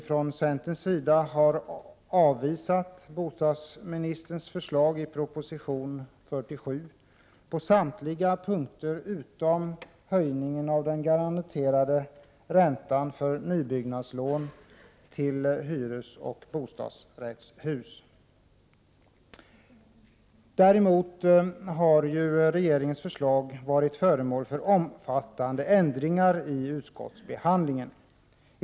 Från centerns sida har vi avvisat bostadsministerns förslag i proposition 47 på samtliga punkter utom den om höjningen av den garanterade räntan för nybyggnadslån till hyresoch bostadsrättshus. Regeringens förslag har varit föremål för omfattande ändringar i utskottsbehandlingen.